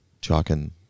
chalking